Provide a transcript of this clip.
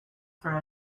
for